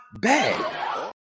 bad